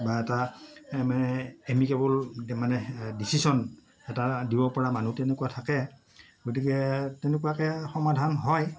বা এটা এমিকেৱল মানে ডিছিশ্যন এটা দিব পৰা মানুহ তেনেকুৱা থাকে গতিকে তেনেকুৱাকে সমাধান হয়